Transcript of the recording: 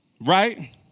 right